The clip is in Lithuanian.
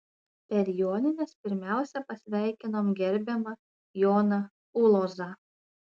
per jonines pirmiausia pasveikinom gerbiamą joną ulozą